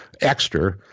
extra